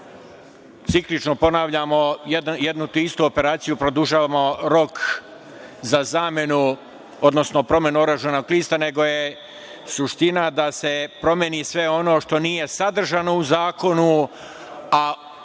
ciklično ponavljamo jednu te istu operaciju, produžavamo rok za zamenu, odnosno promenu oružanog lista, nego je suština da se promeni sve ono što nije sadržano u zakonu, a suštinski